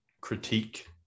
critique